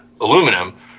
aluminum